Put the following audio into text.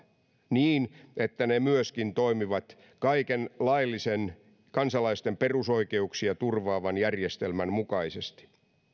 niin että ne myöskin toimivat kaiken laillisen kansalaisten perusoikeuksia turvaavan järjestelmän mukaisesti